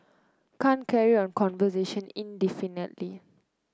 can't carry on conversation indefinitely